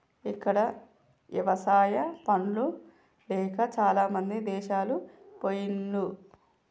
ఇక్కడ ఎవసాయా పనులు లేక చాలామంది దేశాలు పొయిన్లు